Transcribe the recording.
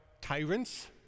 tyrants